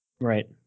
Right